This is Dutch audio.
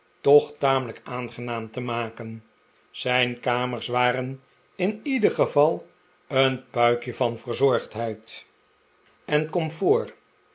toch tamelijk aangertaam te maken zijn kamers waren in ieder geval een puikje van verzorgdheid en comfort